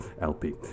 lp